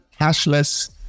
cashless